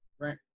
Right